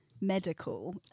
medical